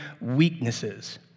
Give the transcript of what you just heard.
weaknesses